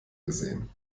gesehen